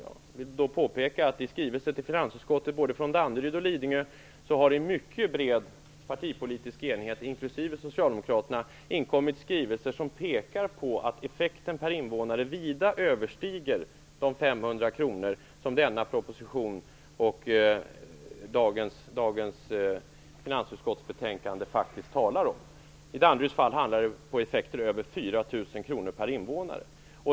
Jag vill påpeka att det både från Danderyd och från Lidingö, i en mycket bred partipolitisk enighet, inklusive socialdemokraterna, till finansutskottet har inkommit skrivelser som pekar på att effekten per invånare vida överstiger de 500 kr som denna proposition och dagens finansutskottsbetänkande faktiskt talar om. I Danderyds fall handlar det om effekter på över 4 000 kr per invånare.